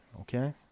okay